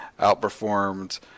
outperformed